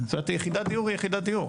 זאת אומרת, יחידת דיור היא יחידת דיור.